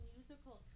Musical